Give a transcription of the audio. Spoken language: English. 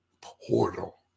portal